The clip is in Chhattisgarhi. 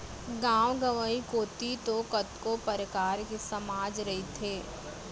गाँव गंवई कोती तो कतको परकार के समाज रहिथे